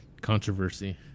Controversy